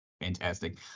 Fantastic